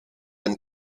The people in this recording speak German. ein